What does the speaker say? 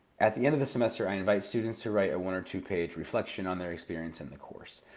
at the end of the semester i invite students to write a one or two-page reflection on their experience in the course.